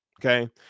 okay